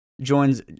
joins